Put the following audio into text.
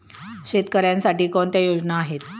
शेतकऱ्यांसाठी कोणत्या योजना आहेत?